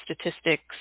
statistics